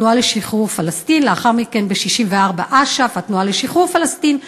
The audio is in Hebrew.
התנועה לשחרור פלסטין,